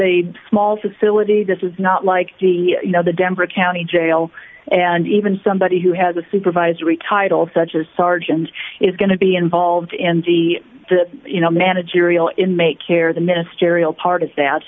a small facility this is not like you know the denver county jail and even somebody who has a supervisory title such as sargent is going to be involved in the you know managerial in may care the ministerial part is that